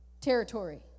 territory